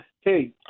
Hey